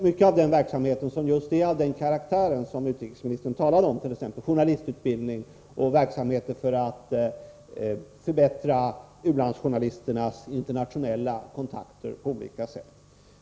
Mycket av den verksamheten är just av den karaktär som utrikesministern talade om, eftersom den omfattar t.ex. journalistutbildning och aktiviteter för att på olika sätt förbättra u-landsjournalisternas internationella kontakter.